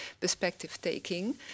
perspective-taking